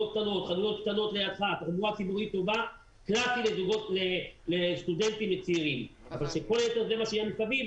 מקום קלאסי לזוגות וצעירים אבל כאשר יש מה שיש מסביב,